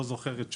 לא זוכר את שמו,